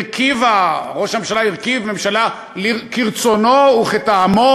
ראש הממשלה הרכיב ממשלה כרצונו וכטעמו,